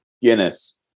guinness